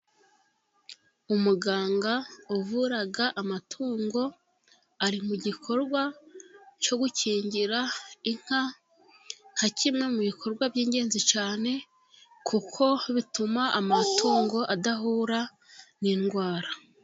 Umuganga uvura amatungo ari mu gikorwa cyo gukingira inka, nka kimwe mu bikorwa by'ingenzi cyane, kuko bituma amatungo adahura n'indwara.